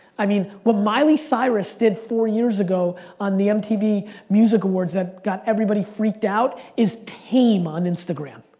i mean, what miley cyrus did four years ago on the mtv music awards that got everybody freaked out, is tame on instagram.